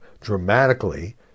dramatically